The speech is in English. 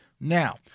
Now